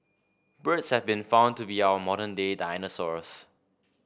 birds have been found to be our modern day dinosaurs